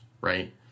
Right